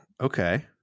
okay